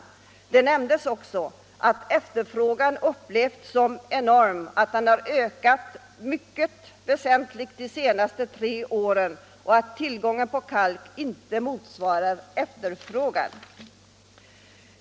Enligt samma uppgifter upplevs efterfrågan på kalk som enorm. Den har ökat mycket väsentligt de senaste tre åren, och tillgången motsvarar nu inte efterfrågan.